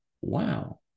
Wow